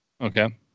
Okay